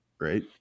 right